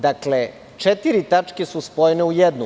Dakle, četiri tačke su spojene u jednu.